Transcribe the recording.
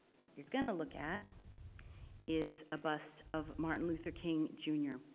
what you're going to look at is a bust of martin luther king jr.